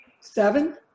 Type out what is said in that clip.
seven